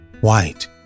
white